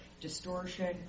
distortion